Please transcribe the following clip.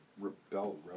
Rebel